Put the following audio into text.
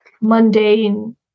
mundane